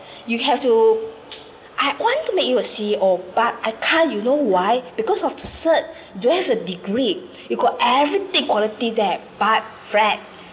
you have to I want to make you will C_E_O but I can't you know why because of the cert don't have a degree you got everything quality that but fred